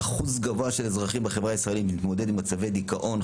אחוז גבוה של אזרחים בחברה הישראלית מתמודד עם מצבי דכאון,